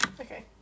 Okay